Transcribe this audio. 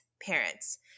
parents